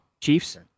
Chiefs